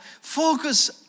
focus